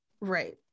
right